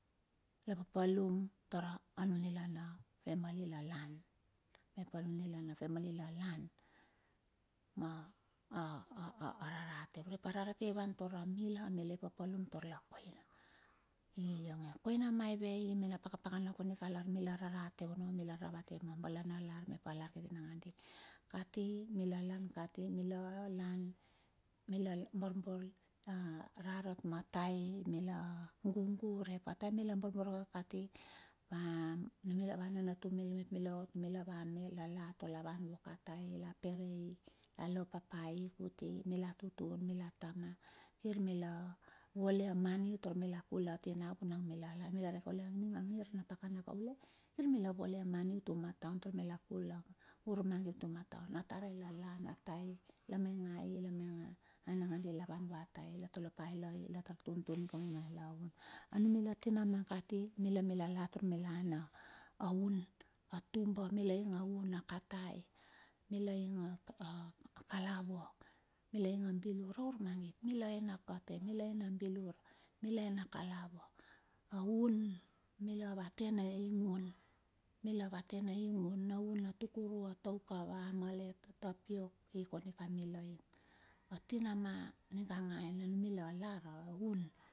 La paplum tar anunila na family lalan, mep nunila na family la lan, ma rarate urep a rarate ivan tura mila, amila i papalum tar la koina. Ionge koina maive i mena pakapakana, kondika lar mila rarate ono mila ravate ma balana na lar mep alar kiti nangandi. Mi lan kati mila borbor rarat ma tai, mila gugu urep a taem mila borbor kati, numila ava nanatu mila mep mila ot me la va mela la tar la van vue ka tai, la pere hi, lalo papa al hi kuti, mila tutun, mila tama, kir mila vole money tar mila kul a tinama ta. I lar aning angir na pakana kaule kir mila vole money utuma ma taon tar mila kul urmagit mi tuma ma taon. Atare la matai la mainga ai, la mainga a nangandi, la van vua tai la tar tuntun kium aela hun. Anumila tinama kati mila mila la tar mila en hun atuba. Mila ing a hun na katai, mila inga kalava, mila inga bilur, aurmangit mila en a kalava, a hun, mila ava te na ing hun, na hun a tukuru a taukava a malet a tapiok, ikondika mila ing atinama niga ai na numila lar ahun.